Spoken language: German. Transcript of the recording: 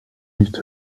nicht